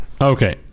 Okay